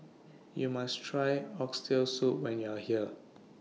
YOU must Try Oxtail Soup when YOU Are here